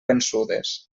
vençudes